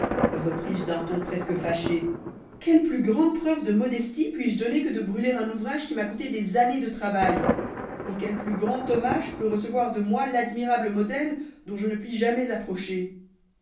comment repris jedun ton presque fâché quelle plus grande preuve de modestie puis-je donner que de brûler un ouvrage qui m'a coûté des années de travail et quel plus grand hommage peut recevoir de moi l'admirable modèle dont je ne puis jamais approcher